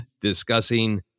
discussing